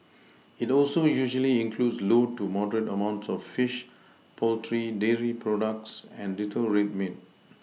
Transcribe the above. it also usually includes low to moderate amounts of fish poultry dairy products and little red meat